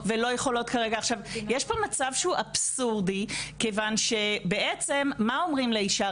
יש פה מצב שהוא אבסורד כיוון שבעצם מה אומרים לאישה?